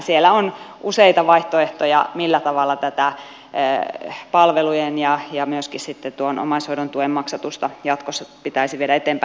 siellä on useita vaihtoehtoja millä tavalla tätä palvelujen ja myöskin sitten tuon omaishoidon tuen maksatusta jatkossa pitäisi viedä eteenpäin